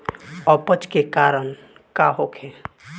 अपच के कारण का होखे?